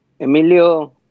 Emilio